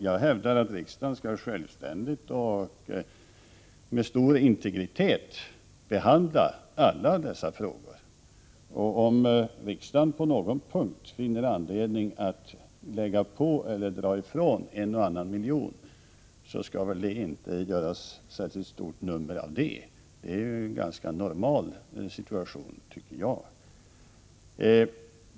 Jag hävdar att riksdagen självständigt och med integritet skall behandla alla dessa frågor. Om riksdagen på någon punkt finner anledning att lägga till eller dra ifrån en och annan miljon, finns det inte skäl att göra särskilt stort nummer av det. Det är ju en ganska normal situation, tycker jag.